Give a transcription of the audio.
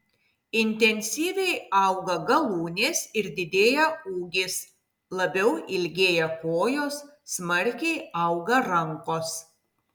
intensyviai auga galūnės ir didėja ūgis labiau ilgėja kojos smarkiai auga rankos